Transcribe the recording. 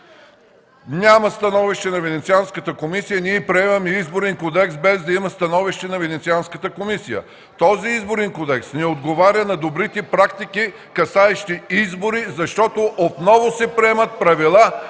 Няма становище на Венецианската комисия! Ние приемаме Изборен кодекс без да има становище на Венецианската комисия! Този Изборен кодекс не отговаря на добрите практики, касаещи избори, защото отново се приемат правила